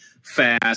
fast